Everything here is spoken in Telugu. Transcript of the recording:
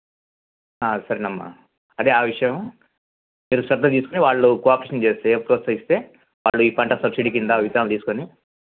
సరేనమ్మా అదే ఆ విషయము మీరు శ్రద్ద తీసుకొని వాళ్ళు ఒక ఆప్షన్ చేస్తే ప్రోత్సహిస్తే వాళ్ళు ఈ పంట సబ్సిడీ కింద విత్తనం తీసుకొని